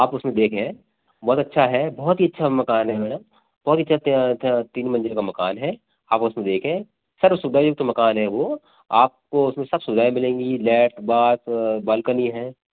आप उसमें देखें बहुत अच्छा है बहुत ही अच्छा मकान है मैडम बहुत ही अच्छा तीन मंजिल का मकान है आप उसमें देखें सर्व सुविधायुक्त मकान है वो आपको उसमें सब सुविधाएँ मिलेंगी लैट बाथ बालकनी है